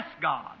God